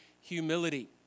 humility